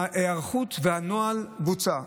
ההיערכות והנוהל בוצעו,